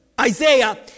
Isaiah